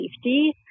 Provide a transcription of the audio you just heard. safety